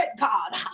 God